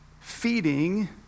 feeding